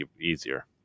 easier